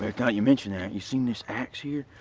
that you mention that you've seen this axe here?